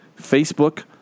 Facebook